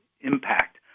impact